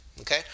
Okay